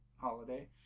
holiday